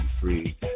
free